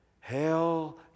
hail